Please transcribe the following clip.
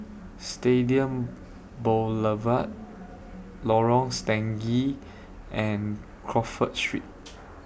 Stadium Boulevard Lorong Stangee and Crawford Street